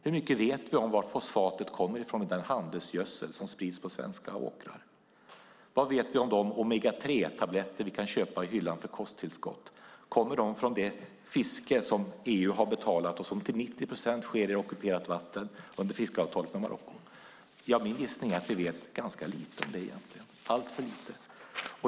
Hur mycket vet vi om var fosfatet kommer ifrån i den handelsgödsel som sprids på svenska åkrar? Vad vet vi om de omega 3-tabletter vi kan köpa i hyllan för kosttillskott? Kommer de från det fiske som EU har betalat och som till 90 procent sker i ockuperat vatten under fiskeavtalet med Marocko? Min gissning är att vi egentligen vet ganska lite om det - alltför lite.